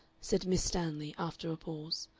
said miss stanley, after a pause.